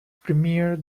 premier